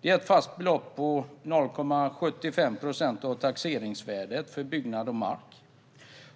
Det är ett fast belopp på 0,75 procent av taxeringsvärdet på byggnad och mark.